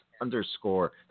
underscore